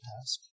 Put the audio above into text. task